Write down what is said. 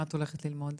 מה את הולכת ללמוד?